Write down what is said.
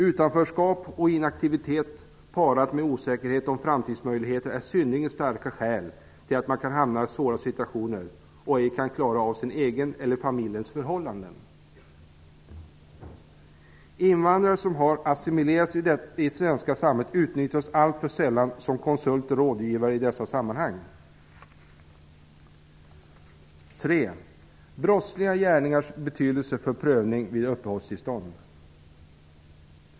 Utanförskap och inaktivitet parat med osäkerhet om framtidsmöjligheter är synnerligen starka skäl till att man kan hamna i svåra situationer och ej kan klara av sin egen eller familjens förhållanden. Invandrare som har assimilerats i det svenska samhället utnyttjas alltför sällan som konsulter och rådgivare i dessa sammanhang.